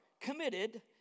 committed